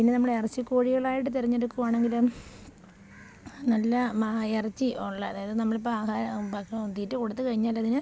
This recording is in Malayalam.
പിന്നെ നമ്മൾ ഇറച്ചി കോഴികളായിട്ട് തെരഞ്ഞെടുക്കുക ആണെങ്കിൽ നല്ല ഇറച്ചി ഉള്ള അതായത് നമ്മൾ ഇപ്പം ആഹാ ഭക്ഷണമോ തീറ്റകൊടുത്ത് കഴിഞ്ഞാൽ അതിന്